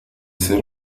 ser